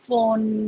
Phone